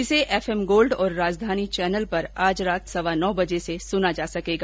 इसे FM Gold और Rajdhani channel पर आज रात सवा नौ बजे से सुना जा सकेगा